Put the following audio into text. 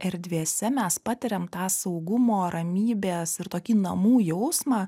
erdvėse mes patiriam tą saugumo ramybės ir tokį namų jausmą